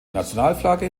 nationalflagge